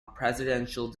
presidential